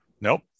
nope